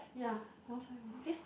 ya one five minute